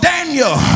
Daniel